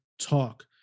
Talk